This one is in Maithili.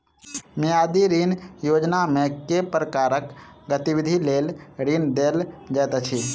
मियादी ऋण योजनामे केँ प्रकारक गतिविधि लेल ऋण देल जाइत अछि